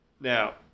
Now